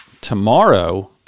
tomorrow